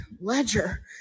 ledger